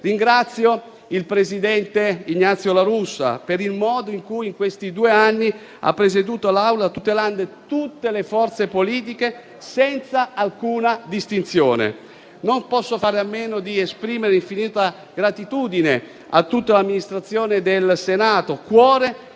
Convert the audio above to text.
Ringrazio il presidente Ignazio La Russa per il modo in cui, in questi due anni, ha presieduto l'Assemblea, tutelando tutte le forze politiche senza alcuna distinzione. Non posso fare a meno di esprimere infinita gratitudine a tutta l'Amministrazione del Senato, cuore